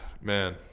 man